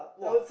!wah!